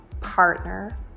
partner